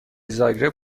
زاگرب